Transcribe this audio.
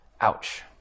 Ouch